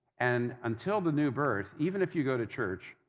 and, until the new birth, even if you go to church,